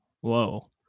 whoa